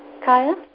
Kaya